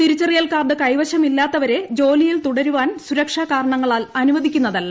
തിരിച്ചറിയൽ കാർഡ് കൈവശമില്ലാത്തവരെ ജോലിയിൽ തുടരുവാൻ സുരക്ഷാ കാരണങ്ങളാൽ അനുവദിക്കുന്നതല്ല